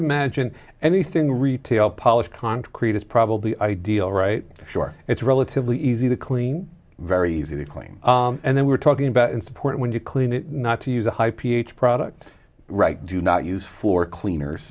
imagine anything retail polished concrete is probably ideal right sure it's relatively easy to clean very easy to claim and then we're talking about support when you clean it not to use a high ph product right do not use for cleaners